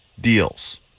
deals